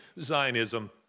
zionism